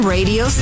Radio